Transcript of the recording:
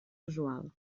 usual